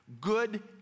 Good